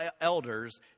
elders